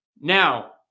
Now